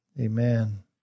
Amen